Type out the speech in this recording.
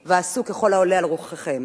צאו ועשו ככל העולה על רוחכם.